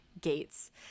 gates